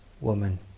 woman